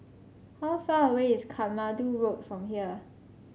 how far away is Katmandu Road from here